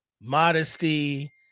modesty